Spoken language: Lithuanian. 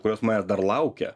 kuriuos manęs dar laukia